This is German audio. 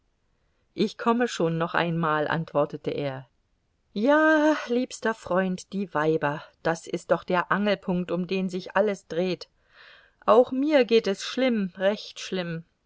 ich komme schon noch einmal antwortete er ja liebster freund die weiber das ist doch der angelpunkt um den sich alles dreht auch mir geht es schlimm recht schlimm